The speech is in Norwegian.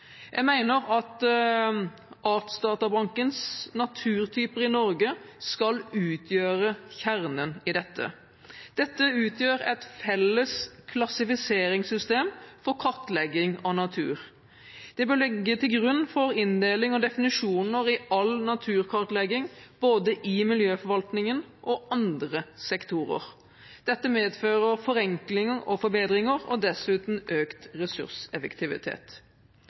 Jeg mener at Artsdatabankens naturtyper i Norge skal utgjøre kjernen i dette. Dette utgjør et felles klassifiseringssystem for kartlegging av natur. Det bør ligge til grunn for inndeling og definisjoner i all naturkartlegging, både i miljøforvaltningen og i andre sektorer. Dette medfører forenklinger og forbedringer og dessuten økt ressurseffektivitet.